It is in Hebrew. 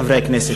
חברי הכנסת,